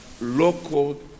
local